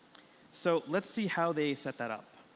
so let's see how they set that up.